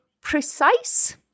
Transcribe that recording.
precise